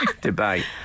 debate